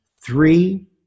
three